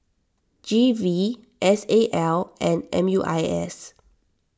G V S A L and M U I S